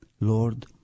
Lord